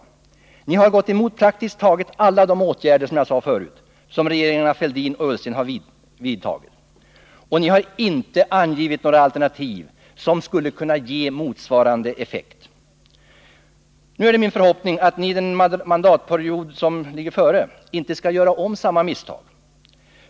Ni har, som jag sade förut, gått emot praktiskt taget alla de åtgärder som regeringarna Fälldin och Ullsten har vidtagit, och ni har inte angivit några alternativ som skulle ha kunnat ge en motsvarande effekt. Nu är det min förhoppning att ni under den mandatperiod som ligger framför oss inte skall göra om samma misstag.